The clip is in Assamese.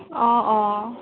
অঁ অঁ